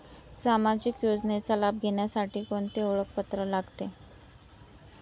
सामाजिक योजनेचा लाभ घेण्यासाठी कोणते ओळखपत्र लागते?